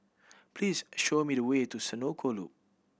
please show me the way to Senoko Loop